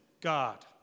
God